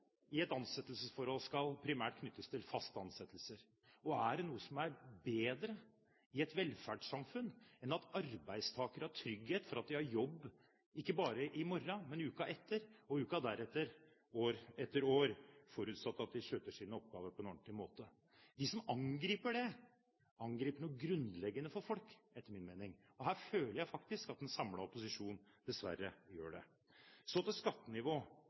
i et ansettelsesforhold primært skal knyttes til fast ansettelse. Og er det noe som er bedre i et velferdssamfunn enn at arbeidstakere har trygghet for at de har jobb ikke bare i morgen, men uken etter og uken deretter, år etter år, forutsatt at de skjøtter sine oppgaver på en ordentlig måte? De som angriper det, angriper noe grunnleggende for folk, etter min mening. Her føler jeg faktisk at en samlet opposisjon dessverre gjør det. Så til